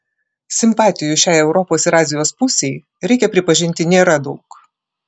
simpatijų šiai europos ir azijos pusei reikia pripažinti nėra daug